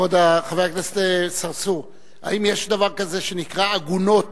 חבר הכנסת צרצור, האם יש דבר כזה שנקרא "עגונות"